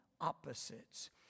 opposites